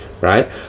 right